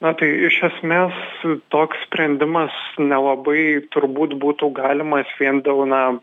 na tai iš esmės toks sprendimas nelabai turbūt būtų galimas vien dėl na